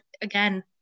again